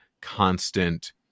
constant